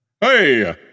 Hey